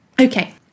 Okay